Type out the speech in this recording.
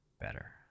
better